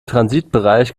transitbereich